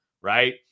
right